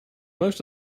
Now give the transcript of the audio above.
most